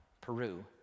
Peru